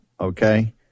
okay